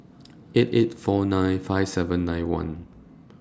eight eight four nine five seven nine one